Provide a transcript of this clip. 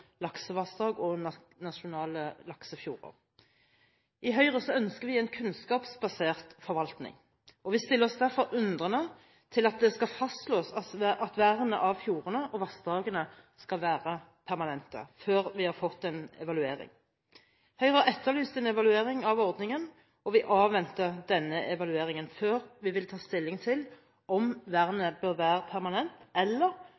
laksevassdrag og nasjonale laksefjorder. I Høyre ønsker vi en kunnskapsbasert forvaltning, og vi stiller oss derfor undrende til at det skal fastslås at vernet av fjordene og vassdragene skal være permanent før vi har fått en evaluering. Høyre har etterlyst en evaluering av ordningen, og vi avventer denne evalueringen før vi vil ta stilling til om vernet bør være permanent eller